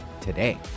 today